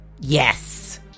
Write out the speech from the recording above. yes